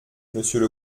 monsieur